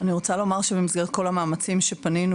אני רוצה לומר שבמסגרת כל המאמצים שפנינו,